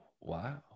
wow